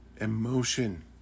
emotion